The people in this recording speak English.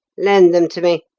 lend them to me.